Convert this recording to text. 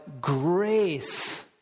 grace